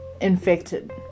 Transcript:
infected